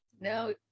No